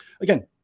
again